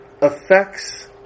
affects